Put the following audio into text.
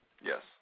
Yes